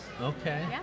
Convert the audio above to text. Okay